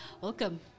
Welcome